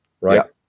right